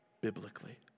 biblically